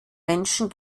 menschen